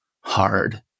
hard